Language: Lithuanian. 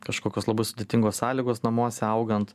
kažkokios labai sudėtingos sąlygos namuose augant